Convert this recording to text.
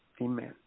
amen